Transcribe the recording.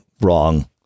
wrong